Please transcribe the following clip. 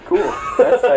Cool